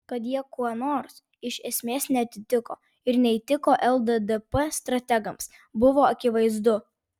kad jie kuo nors iš esmės neatitiko ir neįtiko lddp strategams buvo akivaizdu